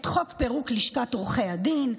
את חוק פירוק לשכת עורכי הדין,